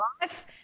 life